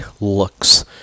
looks